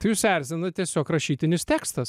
tai jus erzina tiesiog rašytinis tekstas